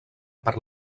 per